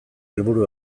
helburu